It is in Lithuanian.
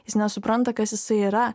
jis nesupranta kas jisai yra